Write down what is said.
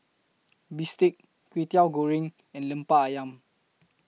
Bistake Kway Teow Goreng and Lemper Ayam